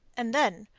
and then,